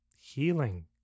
healing